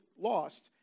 lost